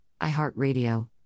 iHeartRadio